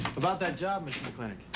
about that job, mr. mclintock.